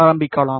ஆரம்பிக்கலாம்